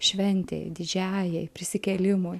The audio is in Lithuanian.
šventei didžiajai prisikėlimui